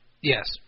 Yes